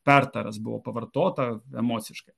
pertaras buvo pavartota emociškai